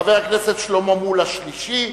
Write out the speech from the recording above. חבר הכנסת שלמה מולה שלישי,